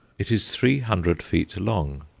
it is three hundred feet long,